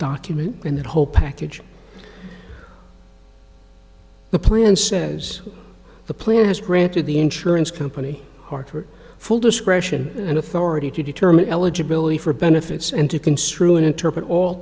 document in that whole package the prince says the plan has granted the insurance company hartford full discretion and authority to determine eligibility for benefits and to construe and interpret all